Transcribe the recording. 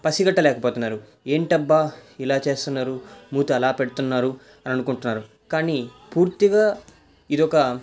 పసిగట్టలేకపోతున్నారు ఏంటబ్బా ఇలా చేస్తున్నారు మూతి అలా పెడుతున్నారు అననుకుంటారు కానీ పూర్తిగా ఇదొక